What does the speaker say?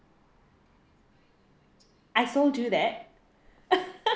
I sold you that